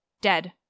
Dead